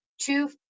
two